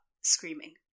screaming